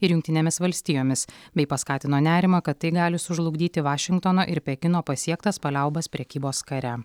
ir jungtinėmis valstijomis bei paskatino nerimą kad tai gali sužlugdyti vašingtono ir pekino pasiektas paliaubas prekybos kare